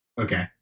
okay